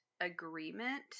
agreement